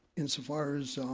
insofar as